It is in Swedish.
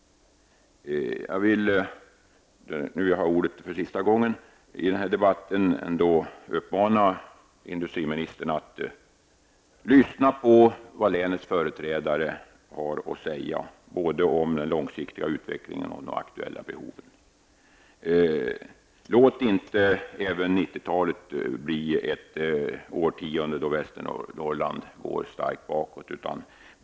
Jag vill uppmana industriministern att lyssna på vad länets företrädare har att säga både om de aktuella behoven och den långsiktiga utvecklingen. Låt inte även 90-talet bli ett årtionde då Västernorrland går starkt bakåt.